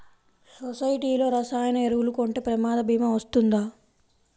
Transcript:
సొసైటీలో రసాయన ఎరువులు కొంటే ప్రమాద భీమా వస్తుందా?